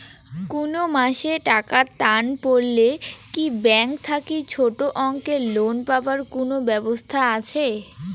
কুনো মাসে টাকার টান পড়লে কি ব্যাংক থাকি ছোটো অঙ্কের লোন পাবার কুনো ব্যাবস্থা আছে?